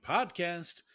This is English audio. Podcast